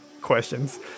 questions